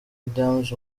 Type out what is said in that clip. adams